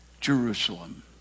Jerusalem